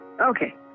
Okay